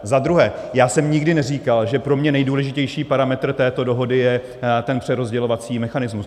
Za druhé, já jsem nikdy neříkal, že pro mě nejdůležitější parametr této dohody je ten přerozdělovací mechanismus.